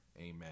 Amen